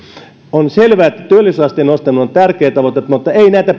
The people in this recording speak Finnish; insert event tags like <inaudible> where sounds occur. on selvää että työllisyysasteen nostaminen on tärkeätä mutta ei näitä <unintelligible>